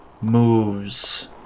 moves